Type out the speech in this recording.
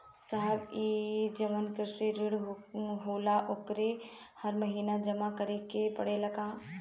साहब ई जवन कृषि ऋण होला ओके हर महिना जमा करे के पणेला का?